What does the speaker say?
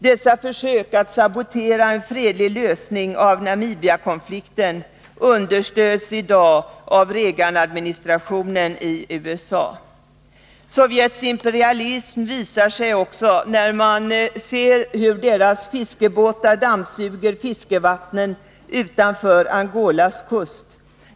Dessa försök att sabotera en fredlig lösning av Namibia-konflikten understöds i dag av framför allt Reaganadministrationen i USA. Sovjets imperialism framträder klart när man ser deras fiskebåtars dammsugning av fiskevattnen utanför Angolas kust.